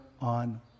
on